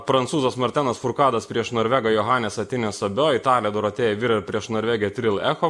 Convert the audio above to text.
prancūzas martenas furkadas prieš norvegą johanesą tinesą do italė dorotėja virer prieš norvegę tiril ekhof